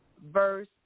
verse